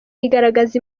igaragaza